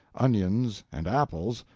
onions, and apples,